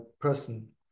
person